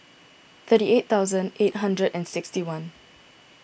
thirty eight thousand eight hundred and sixty one